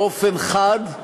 באופן חד,